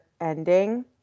ending